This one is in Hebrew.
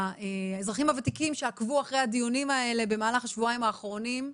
האזרחים הוותיקים שעקבו אחרי הדיונים האלה במהלך השבועיים האחרונים,